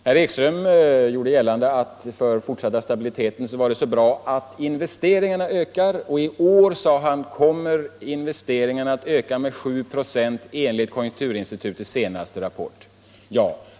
Herr Ekström gjorde gällande att det för den fortsatta stabiliteten är bra att investeringarna ökar, och i år, sade han, kommer investeringarna att öka med 7,5 96 enligt konjunkturinstitutets senaste rapport.